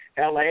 LA